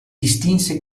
distinse